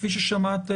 כפי ששמעת,